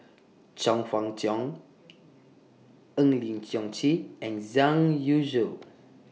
Chong Fah Cheong Eng Lee Seok Chee and Zhang Youshuo